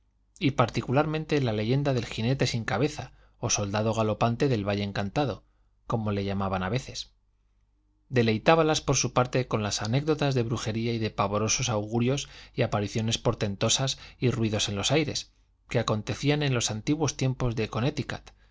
y particularmente la leyenda del jinete sin cabeza o soldado galopante del valle encantado como le llamaban a veces deleitábalas por su parte con las anécdotas de brujería y de pavorosos augurios y apariciones portentosas y ruidos en los aires que acontecían en los antiguos tiempos de